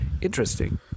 interesting